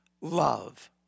love